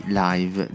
live